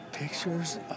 Pictures